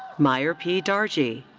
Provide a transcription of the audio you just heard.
mayur p. darji.